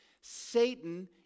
Satan